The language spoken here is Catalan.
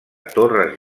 torres